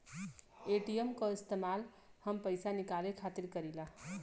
ATM क इस्तेमाल हम पइसा निकाले खातिर करीला